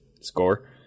score